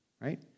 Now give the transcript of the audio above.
right